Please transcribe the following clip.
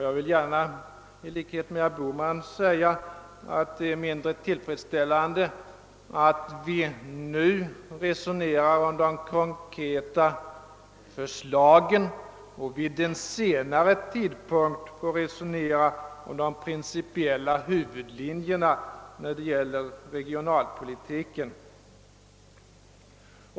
Jag vill gärna i likhet med herr Bohman säga att det är mindre tillfredsställande att vi nu resonerar om de konkreta förslagen och vid en senare tidpunkt får resonera om de principiella huvudlinjerna för regionalpolitiken.